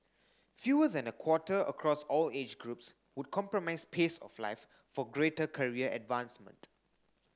fewer than a quarter across all age groups would compromise pace of life for greater career advancement